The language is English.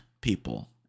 people